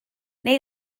neu